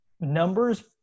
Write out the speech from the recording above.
numbers